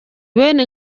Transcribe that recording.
bene